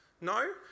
no